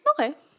Okay